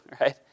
right